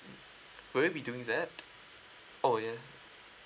would you be doing that oh yes